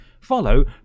Follow